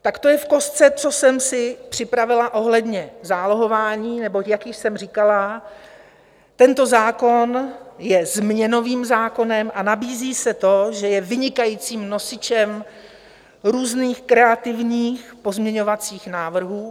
Tak to je v kostce, co jsem si připravila ohledně zálohování, neboť jak již jsem říkala, tento zákon je změnovým zákonem a nabízí se to, že je vynikajícím nosičem různých kreativních pozměňovacích návrhů.